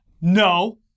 No